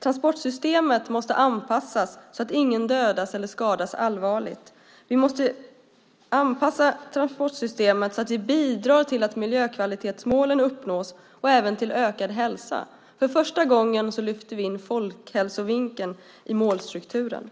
Transportsystemet måste anpassas så att ingen dödas eller skadas allvarligt samt bidra till att miljökvalitetsmålen uppnås och även till ökad hälsa. För första gången lyfter vi in folkhälsovinkeln i målstrukturen.